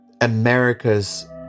America's